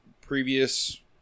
previous